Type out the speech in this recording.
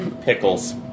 Pickles